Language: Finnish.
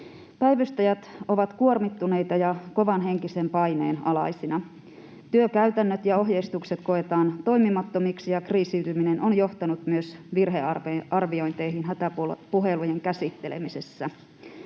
Päivystäjät ovat kuormittuneita ja kovan henkisen paineen alaisina. Työkäytännöt ja ohjeistukset koetaan toimimattomiksi, ja kriisiytyminen on johtanut myös virhearviointeihin hätäpuhelujen käsittelemi-sessä.